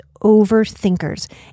overthinkers